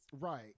right